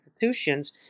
institutions